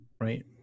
right